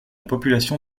population